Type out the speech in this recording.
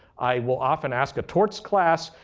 i will often ask a torts class,